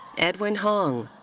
edwin hong.